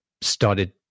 started